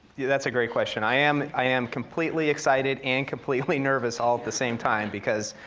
yeah that's a great question. i am i am completely excited and completely nervous, all at the same time, because